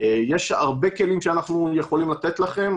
יש הרבה כלים שאנחנו יכולים לתת לכם.